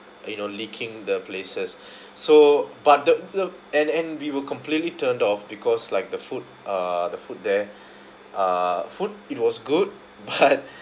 you know licking the places so but the the and and we were completely turned off because like the food uh the food there uh food it was good but